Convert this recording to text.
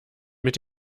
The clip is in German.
mit